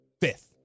fifth